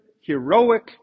heroic